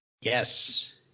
yes